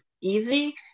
easy